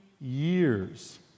years